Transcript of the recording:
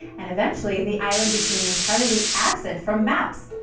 and eventually, the island became entirely absent from maps.